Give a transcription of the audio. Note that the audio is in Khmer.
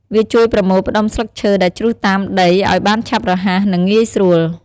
វាជួយប្រមូលផ្តុំស្លឹកឈើដែលជ្រុះតាមដីឱ្យបានឆាប់រហ័ស និងងាយស្រួល។